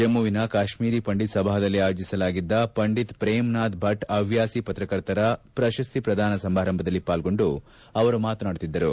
ಜಮ್ಮವಿನ ಕಾಶ್ಮೀರಿ ಪಂಡಿತ್ ಸಭಾದಲ್ಲಿ ಆಯೋಜಿಸಲಾಗಿತ್ತ ಪಂಡಿತ್ ಪ್ರೇಮ್ನಾಥ್ ಭಟ್ ಪವ್ಯಾಸಿ ಪತ್ರಕರ್ತರ ಪ್ರಶಸ್ತಿ ಪ್ರಧಾನ ಸಮಾರಂಭದಲ್ಲಿ ಪಾಲ್ಗೊಂಡು ಅವರು ಮಾತನಾಡುತ್ತಿದ್ದರು